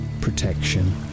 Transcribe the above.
protection